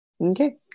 Okay